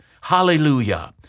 Hallelujah